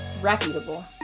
reputable